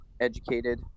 educated